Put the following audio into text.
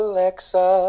Alexa